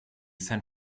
san